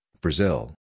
Brazil